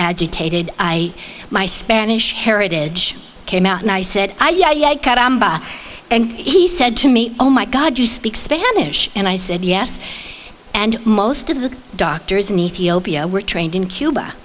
agitated i my spanish heritage came out and i said i yeah yeah and he said to me oh my god you speak spanish and i said yes and most of the doctors in ethiopia were trained in cuba